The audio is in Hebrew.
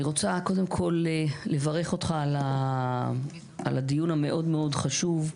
אני רוצה לברך אותך על הדיון המאוד-מאוד חשוב.